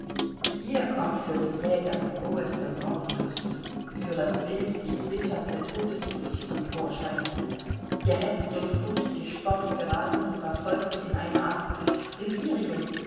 hier kommt für den jäger die roheste mordlust für das wild die bitterste todesfurcht zum vorschein gehetzt und furchtgespornt geraten die verfolgten in eine art delirium